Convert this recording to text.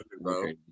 bro